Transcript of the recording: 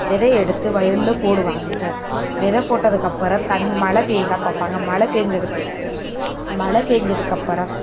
விதைய எடுத்து வயலில் போடுவாங்க வெதை போட்டதுக்கப்பறம் மழை பெய்யுதா பார்ப்பாங்க மழை பேய்ஞ்சதுக்கப் மழை பேய்ஞ்சதுக்கப்பறோம்